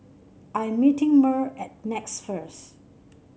I am meeting Merl at Nex first